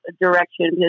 direction